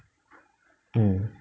mm